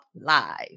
Live